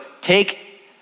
take